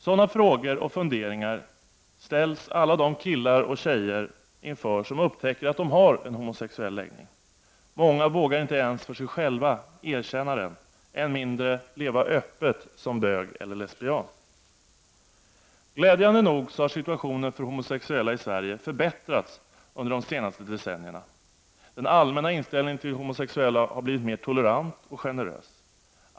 Sådana frågor och funderingar ställs alla de killar och tjejer inför som upptäcker att de har en homosexuell läggning. Många vågar inte ens för sig själv erkänna den, än mindre leva öppet som bög eller lesbian. Glädjande nog har situationen för homosexuella i Sverige förbättrats under de senaste decennierna. Den allmänna inställningen till homosexuella har blivit mer tolerant och generös.